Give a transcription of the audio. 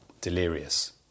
Delirious